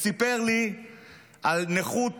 וסיפר לי על נכות